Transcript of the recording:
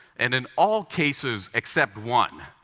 and in all cases except one,